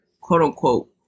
quote-unquote